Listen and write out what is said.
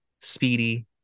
speedy